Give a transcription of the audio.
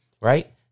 Right